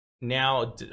now